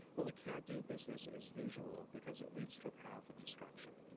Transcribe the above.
but we can't do business as usual because it leads to a path of destruction.